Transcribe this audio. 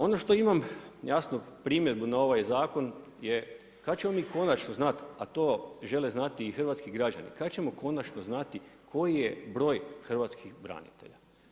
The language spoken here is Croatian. Ono što imam jasno primjedbu na ovaj zakon je kada ćemo mi konačno znat, a to žele znati i hrvatski građani, kada ćemo konačno znati koji je broj hrvatskih branitelja.